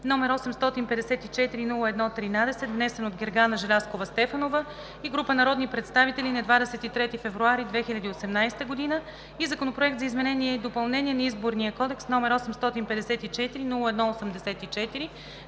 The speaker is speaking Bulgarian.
№ 854-01-13, внесен от Гергана Желязкова Стефанова и група народни представители нa 23 февруари 2018 г. и Законопроект за изменение и допълнение на Изборния кодекс, № 854-01-84,